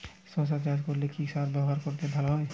শশা চাষ করলে কি সার ব্যবহার করলে ভালো হয়?